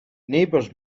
neighbors